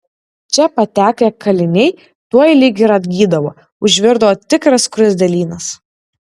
čia patekę kaliniai tuoj lyg ir atgydavo užvirdavo tikras skruzdėlynas